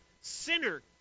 sinner